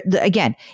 again